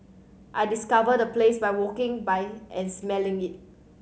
I discovered the place by walking by and smelling it